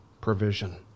provision